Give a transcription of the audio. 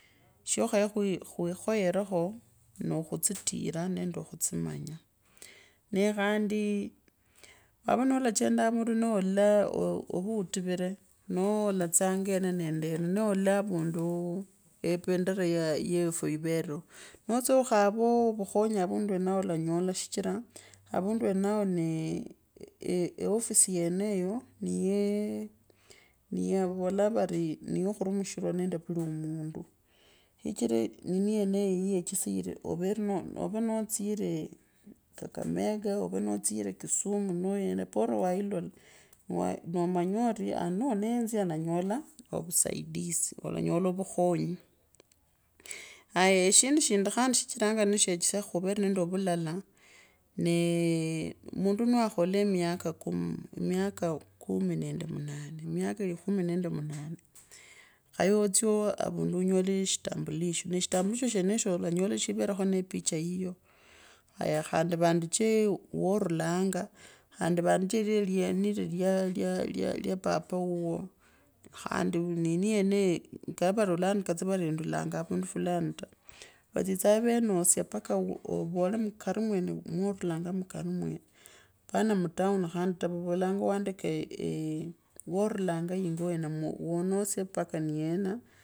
Shoo kheya kwikhoyero nwokhutsitiva nende khutsimanga nee khandi wava nola chendanga havundu noola ova utuvire noo tatsanga yena nonoil yei nee olole avundu gendera yefu yivereo netsya okhave ovu khonyi havavandu wenaoulanyola shichira avundu wenaonee ofisi yeneyo niyaa vavolavani niyakhuru mishikore nende vuli mundu. Shichira nini yeneyo ya yechisa iri ovee no tsire kakamega ovenotsire kisumu noo yena bora walola noomamanya ori ano nenzya nanyola ousaidia udanyola vukhanyi haya eshindushindi khandi sichira ni kwechosya khuvere nende munane khaye otsye avundu unyole shitambulisho nee shitambulisho shenesho ulanyola shmonde epicha yiyoo haya kandi vaandicho nilanga khandi vaandicha ira nililya yalya papawuuwo nee khandi nini yeneyo kavori tsa olondika vori ndwanga havandu fulani ta vatsitaa veesya mpaka vole mukani mvane mwarulonga paka mukiri mwene pana mutaani khendi ta vavolanga waandile eewovulanga yingo wene wotsia paka ni yena.